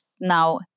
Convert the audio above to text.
now